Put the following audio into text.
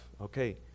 okay